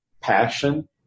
passion